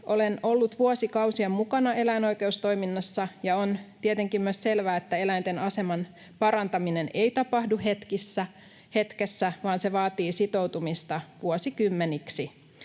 Olen ollut vuosikausia mukana eläinoikeustoiminnassa, ja on tietenkin myös selvää, että eläinten aseman parantaminen ei tapahdu hetkessä vaan se vaatii sitoutumista vuosikymmeniksi.